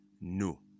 no